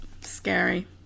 scary